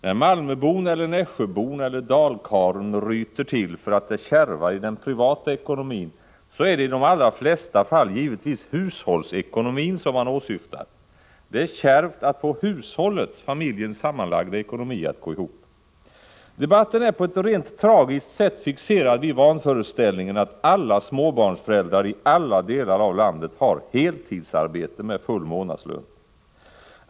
När malmöbon eller nässjöbon eller dalkarlen ryter till för att det kärvar i den privata ekonomin, så är det i de allra flesta fall givetvis hushållsekonomin som man åsyftar. Det är kärvt att få hushållets, familjens, sammanlagda ekonomi att gå ihop. Debatten är på ett rent tragiskt sätt fixerad vid vanföreställningen att alla småbarnsföräldrar i alla delar av landet har heltidsarbete med full månadslön.